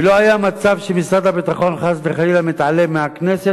ולא היה מצב שמשרד הביטחון חס וחלילה מתעלם מהכנסת.